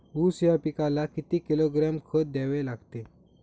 ऊस या पिकाला किती किलोग्रॅम खत द्यावे लागेल?